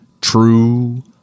True